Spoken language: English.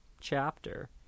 chapter